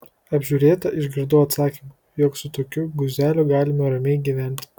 apžiūrėta išgirdau atsakymą jog su tokiu guzeliu galima ramiai gyventi